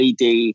LED